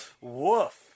Woof